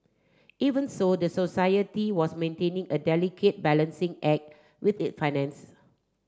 even so the society was maintaining a delicate balancing act with it finances